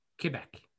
Quebec